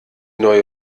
neue